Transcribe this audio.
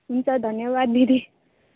हुन्छ धन्यवाद दिदी